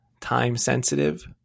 time-sensitive